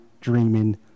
dreaming